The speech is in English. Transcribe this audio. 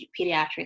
pediatrics